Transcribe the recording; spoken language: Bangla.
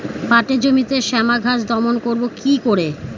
পাটের জমিতে শ্যামা ঘাস দমন করবো কি করে?